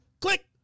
Click